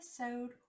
episode